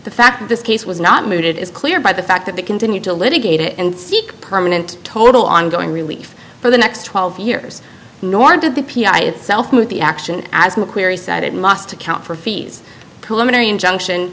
the fact that this case was not mooted is clear by the fact that they continue to litigate and seek permanent total ongoing relief for the next twelve years nor did the p i itself move the action as mcqueary said it must account for fees pulmonary injunction